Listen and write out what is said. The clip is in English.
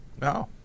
No